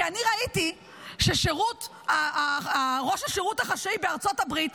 אני ראיתי שראש השירות החשאי בארצות הברית,